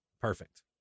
Perfect